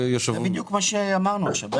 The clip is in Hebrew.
זה בדיוק מה שאמרנו עכשיו.